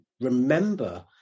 remember